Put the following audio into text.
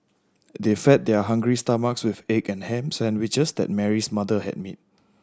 they fed their hungry stomachs with the egg and ham sandwiches that Mary's mother had made